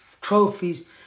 trophies